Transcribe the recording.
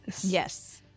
Yes